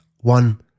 one